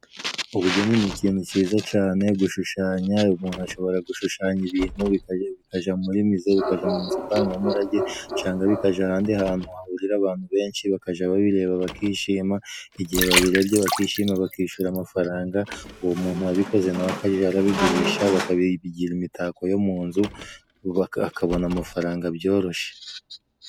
Ubugeni ni ikintu cyiza cane, gushushanya, umuntu ashobora gushushanya ibintu, bikaja muri mize, bikaja mu nzu ndangamurage canga bikaja ahandi hantu hahurira abantu benshi, bakaja bababireba bakishima, igihe babirebye bakishima bakishura amafaranga, uwo muntu wabikoze na we akaja arabigurisha, bakabigira imitako yo mu nzu bubaka, akabona amafaranga byoroshe.